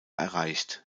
erreicht